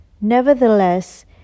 Nevertheless